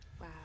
Wow